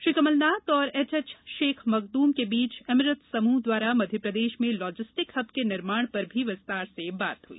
श्री कमल नाथ और HH Sheikh Maktoum के बीच एमीरेट्स समूह द्वारा मध्यप्रदेश में लाजिस्टिक हब के निर्माण पर भी विस्तार से बात हुई